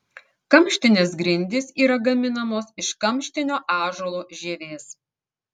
kamštinės grindys yra gaminamos iš kamštinio ąžuolo žievės